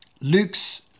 Luke's